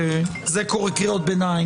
זה קורא קריאות ביניים,